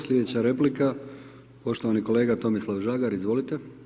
Sljedeća replika poštovani kolega Tomislav Žagar, izvolite.